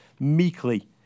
Meekly